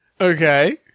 Okay